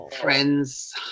friends